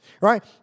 right